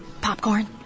Popcorn